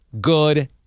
good